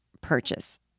purchase